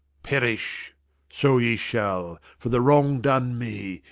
perish so ye shall, for the wrong done me,